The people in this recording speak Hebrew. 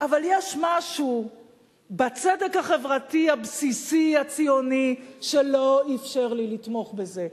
אבל יש משהו בצדק החברתי הבסיסי הציוני שלא אפשר לי לתמוך בזה.